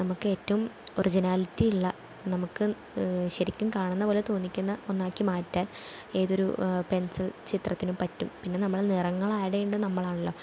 നമ്മൾക്ക് ഏറ്റവും ഒർജിനാലിറ്റി ഉള്ള നമുക്ക് ശരിക്കും കാണുന്ന പോലെ തോന്നിക്കുന്ന ഒന്നാക്കി മാറ്റാന് ഏതൊരു പെന്സില് ചിത്രത്തിനും പറ്റും പിന്നെ നമ്മൾ നിറങ്ങൾ ആഡ് ചെയ്യേണ്ടത് നമ്മളാണല്ലോ